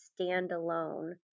standalone